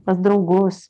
pas draugus